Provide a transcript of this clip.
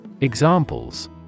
Examples